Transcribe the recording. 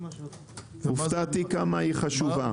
הופתעתי כמה היא חשובה.